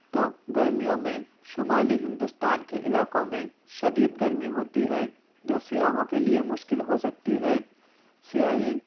تو گرمیوں میں شمالی ہندوستان کے علاقوں میں شدید گرمی ہوتی ہے جو سیاحوں کے لیے مشکل ہو سکتی ہے سیاحی